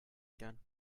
again